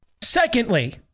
Secondly